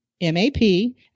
m-a-p